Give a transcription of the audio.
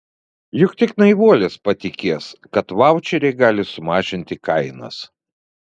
juk tik naivuolis patikės kad vaučeriai gali sumažinti kainas